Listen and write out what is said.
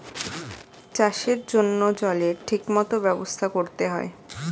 চাষের জন্য জলের ঠিক মত ব্যবস্থা করতে হয়